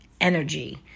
energy